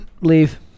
leave